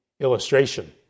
Illustration